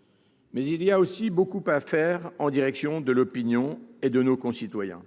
! Il reste aussi beaucoup à faire en direction de l'opinion et de nos concitoyens.